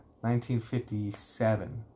1957